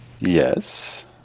Yes